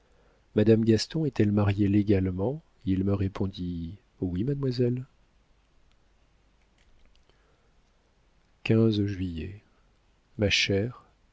madame gaston est-elle mariée légalement il me répondît oui mademoiselle juillet ma chère